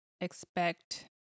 expect